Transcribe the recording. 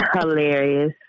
Hilarious